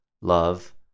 love